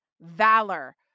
valor